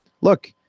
look